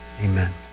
Amen